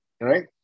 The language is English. right